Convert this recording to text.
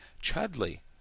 Chudley